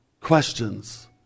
questions